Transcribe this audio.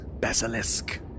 Basilisk